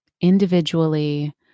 individually